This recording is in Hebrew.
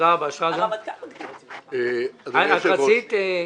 אני מתנצלת.